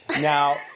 Now